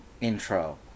intro